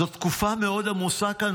זו תקופה מאוד עמוסה כאן